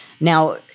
Now